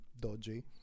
dodgy